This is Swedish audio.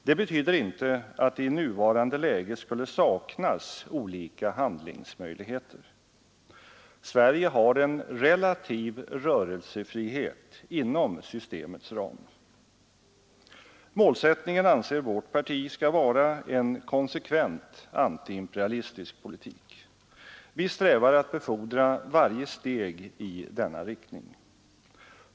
Det betyder inte att det i nuvarande läge skulle saknas olika handlingsmöjligheter. Sverige har en relativ rörelsefrihet inom systemets ram. Målsättningen anser vårt parti skall vara en konsekvent antiimperialistisk politik. Vi strävar att befordra varje steg i denna riktning.